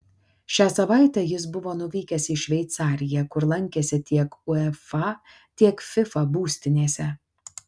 šią savaitę jis buvo nuvykęs į šveicariją kur lankėsi tiek uefa tiek fifa būstinėse